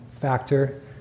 factor